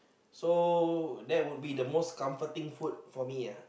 so that would be the most comforting food for me uh